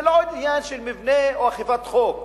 זה לא עניין של מבנה או אכיפת חוק,